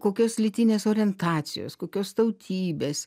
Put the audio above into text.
kokios lytinės orientacijos kokios tautybės